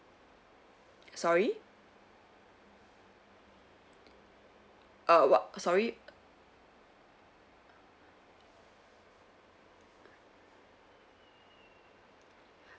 sorry err what sorry